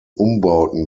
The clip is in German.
umbauten